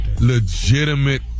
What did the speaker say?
legitimate